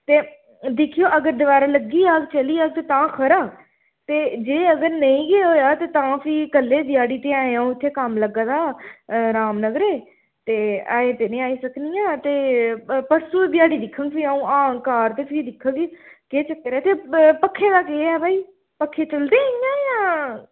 ते दिक्खेओ अगर दवारा लग्गी जाह्ग चली जाह्ग ते तां खरा ते जे अगर नेईं गै होएआ तां फ्ही कल्लै दी ध्याड़ी ते हैं अ'ऊं इत्थै कम्म लग्गा दा रामनगर ते अजें ते निं आई सकनी आं ते परसूं ध्याड़ी दिक्खङ फ्ही अ'ऊं औह्ङ घर ते फ्ही दिक्खगी केह् चक्कर ऐ ते पक्खे दा केह् ऐ भाई पक्खे चलदे इ'यां जां